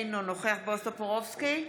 אינו נוכח בועז טופורובסקי,